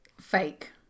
Fake